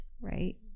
right